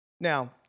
Now